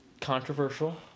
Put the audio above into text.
controversial